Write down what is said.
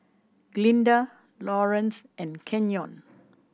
Glinda Laurance and Kenyon